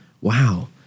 wow